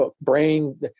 brain